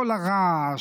כל הרעש,